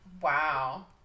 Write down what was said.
Wow